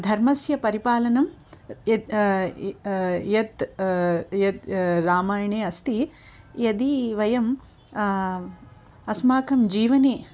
धर्मस्य परिपालनं यद् इ यत् यत् रामायणे अस्ति यदि वयं अस्माकं जीवने